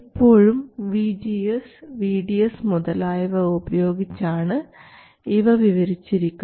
എപ്പോഴും VGS VDS മുതലായവ ഉപയോഗിച്ചാണ് ഇവ വിവരിച്ചിരിക്കുന്നത്